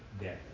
death